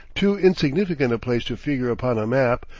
too insignificant a place to figure upon a map,